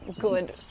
good